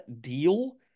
Deal